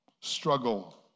struggle